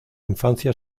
infancia